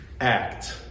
Act